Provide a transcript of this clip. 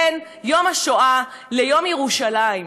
בין יום השואה ליום ירושלים,